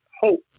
hope